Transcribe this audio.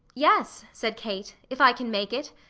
yes, said kate, if i can make it.